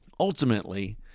Ultimately